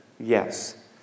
Yes